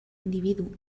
individu